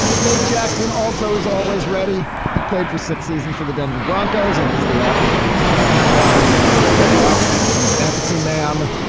nate jackson also is always ready. he played for six seasons for the denver broncos and is the author of the football memoirs slow getting up and fantasy man.